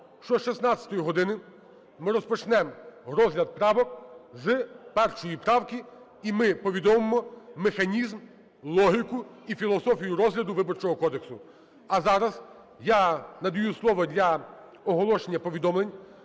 що з 16 години ми розпочнемо розгляд правок з 1 правки, і ми повідомимо механізм, логіку і філософію розгляду Виборчого кодексу. А зараз я надаю слово для оголошення повідомлень